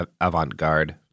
avant-garde